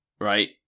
right